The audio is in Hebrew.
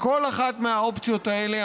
בכל אחת מהאופציות האלה,